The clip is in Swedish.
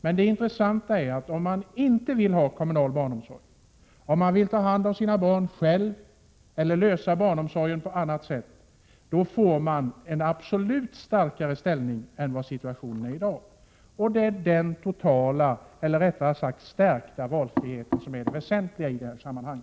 Men det intressanta är att om man inte vill ha kommunal barnomsorg, om man vill ta hand om sina barn själv eller ordna barnomsorgen på annat sätt, då får man absolut en starkare ställning än man har i dag. Det är den totala — eller rättare sagt stärkta — valfriheten som är det väsentliga i detta sammanhang.